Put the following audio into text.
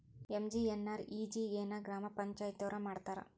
MGNREGA ನ ಗ್ರಾಮ ಪಂಚಾಯತಿಯೊರ ಮಾಡ್ತಾರಾ?